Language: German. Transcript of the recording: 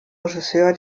regisseur